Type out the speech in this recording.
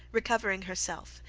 recovering herself,